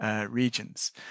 regions